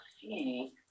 see